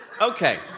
Okay